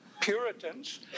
Puritans